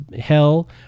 hell